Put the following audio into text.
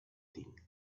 thing